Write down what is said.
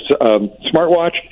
smartwatch